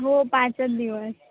हो पाचच दिवस